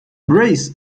brace